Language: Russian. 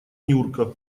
нюрка